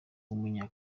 w’umunya